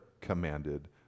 commanded